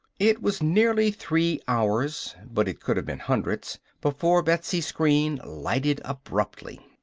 it was nearly three hours but it could have been hundreds before betsy's screen lighted abruptly.